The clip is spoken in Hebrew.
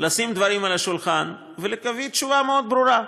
לשים את הדברים על השולחן ולקבל תשובה מאוד ברורה: